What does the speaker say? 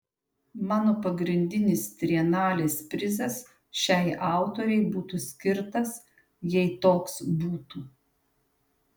mano pagrindinis trienalės prizas šiai autorei būtų skirtas jei toks būtų